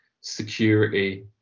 security